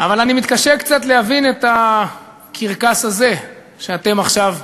אבל מתקשה קצת להבין את הקרקס הזה שאתם עכשיו,